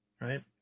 right